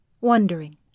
wondering